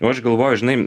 o aš galvoju žinai